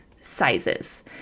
sizes